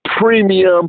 premium